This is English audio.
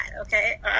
Okay